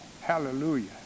Hallelujah